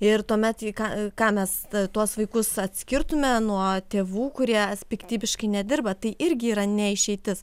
ir tuomet į ką ką mes tuos vaikus atskirtume nuo tėvų kurie piktybiškai nedirba tai irgi yra ne išeitis